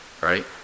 right